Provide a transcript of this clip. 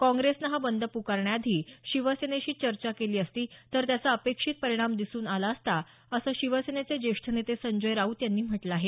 काँग्रेसनं हा बंद पुकारण्याआधी शिवसेनेशी चर्चा केली असती तर त्याचा अपेक्षित परिणाम दिसून आला असता असं शिवसेनेचे ज्येष्ठ नेते संजय राऊत यांनी म्हटलं आहे